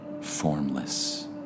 formless